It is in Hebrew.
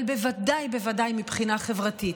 אבל בוודאי ובוודאי מבחינה חברתית.